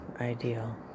ideal